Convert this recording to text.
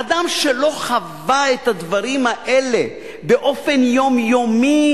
אדם שלא חווה את הדברים האלה באופן יומיומי